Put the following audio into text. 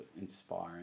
inspiring